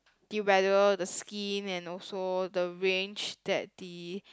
develop all the skin and also the range that the